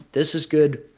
this is good.